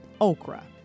Okra